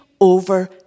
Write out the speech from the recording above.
over